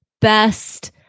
best